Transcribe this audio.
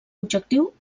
objectiu